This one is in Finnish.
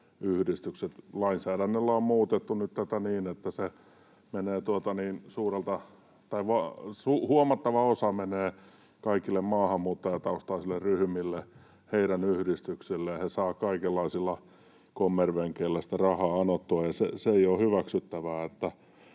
Lainsäädännöllä on muutettu nyt tätä niin, että huomattava osa menee kaikille maahanmuuttajataustaisille ryhmille, heidän yhdistyksilleen, ja he saavat kaikenlaisilla kommervenkeillä sitä rahaa anottua. Se ei ole hyväksyttävää.